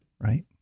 right